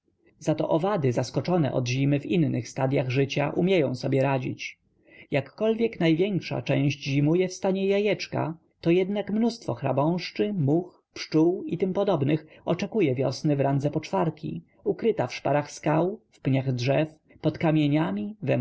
za to owady zaskoczone od zimy w innych stadyach życia umieją sobie radzić jakkolwiek największa część zimuje w stanie jajeczka to jednak mnóstwo chrząszczy much pszczół i t p oczekuje wiosny w randze poczwarki ukryta w szparach skał w pniach drzew pod kamieniami